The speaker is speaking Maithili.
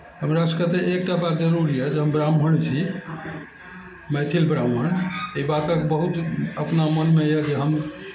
हमरा सबके तऽ एकटा बात जरूर य जे हम ब्राह्मण छी मैथिल ब्राह्मण अइ बातक बहुत अपना मनमे यऽ जे हम